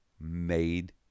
made